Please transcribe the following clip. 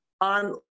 on